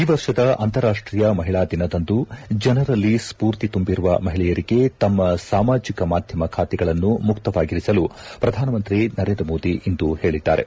ಈ ವರ್ಷದ ಅಂತಾರಾಷ್ಷೀಯ ಮಹಿಳಾ ದಿನದಂದು ಜನರಲ್ಲಿ ಸ್ವೂರ್ತಿ ತುಂಬಿರುವ ಮಹಿಳೆಯರಿಗೆ ತಮ್ಮ ಸಾಮಾಜಕ ಮಾಧ್ಯಮ ಖಾತೆಗಳನ್ನು ಮುಕ್ತವಾಗಿರಿಸಲು ಪ್ರಧಾನಮಂತ್ರಿ ನರೇಂದ್ರ ಮೋದಿ ಇಂದು ಹೇಳಿದ್ದಾರೆ